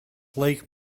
lake